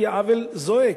כי העוול זועק.